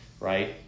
Right